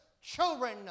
children